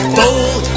bold